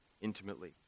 intimately